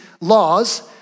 laws